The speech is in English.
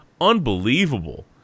Unbelievable